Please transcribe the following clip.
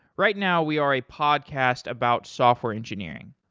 right now, we are a podcast about software engineering.